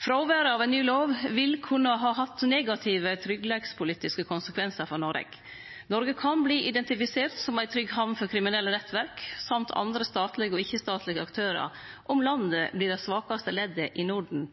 Fråveret av ei ny lov ville kunne ha hatt negative tryggleikspolitiske konsekvensar for Noreg. Noreg kan verte identifisert som ei trygg hamn for kriminelle nettverk og andre statlege og ikkje-statlege aktørar om landet vert det svakaste leddet i Norden.